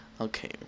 Okay